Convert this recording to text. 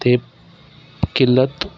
ते किल्लत